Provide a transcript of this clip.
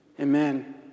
Amen